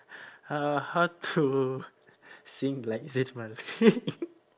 uh how to sing like zayn malik